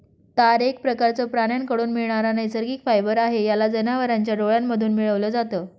तार एक प्रकारचं प्राण्यांकडून मिळणारा नैसर्गिक फायबर आहे, याला जनावरांच्या डोळ्यांमधून मिळवल जात